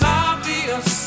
obvious